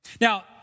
Now